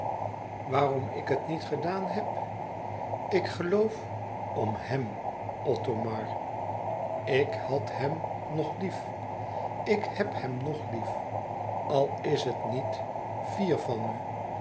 waarom ik het niet gedaan heb ik geloof om hèm othomar ik had hem nog lief ik heb hem ng lief al is het niet fier van me